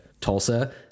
Tulsa